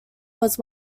was